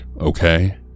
okay